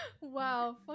Wow